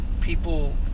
People